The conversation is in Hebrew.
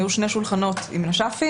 היו שני שולחנות עם נש"פים,